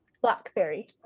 Blackberry